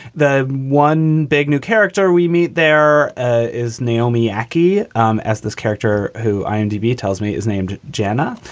the one big new character we meet there ah is naomi yackee um as this character who i a and b. tells me is named jannah.